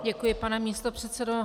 Děkuji, pane místopředsedo.